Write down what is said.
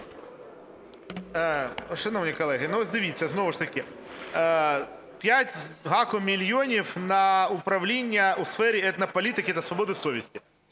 Шановні колеги, ось дивіться, знову ж таки, п'ять з гаком мільйонів на управління у сфері етнополітики та свободи совісті.